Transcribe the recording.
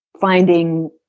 finding